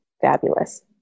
fabulous